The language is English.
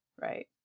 right